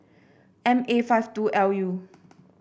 M A five two L U